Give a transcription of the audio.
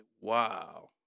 wow